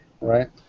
right